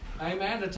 Amen